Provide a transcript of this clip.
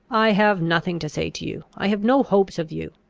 i have nothing to say to you i have no hopes of you!